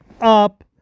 up